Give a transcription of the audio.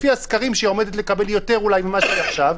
לפי הסקרים שאומרים שהיא עומדת לקבל יותר ממה שהיא עכשיו,